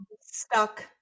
stuck